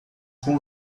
com